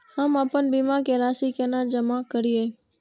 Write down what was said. हम आपन बीमा के राशि केना जमा करिए?